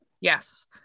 Yes